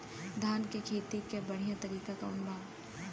धान के खेती के बढ़ियां तरीका कवन बा?